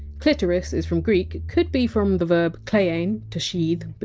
clitoris is from greek, could be from the verb! kleiein, to sheathe, but